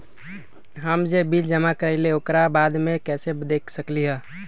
हम जे बिल जमा करईले ओकरा बाद में कैसे देख सकलि ह?